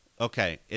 okay